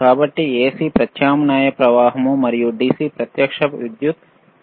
కాబట్టి ఎసి ప్రత్యామ్నాయ ప్రవాహం మరియు DC ప్రత్యక్ష విద్యుత్తు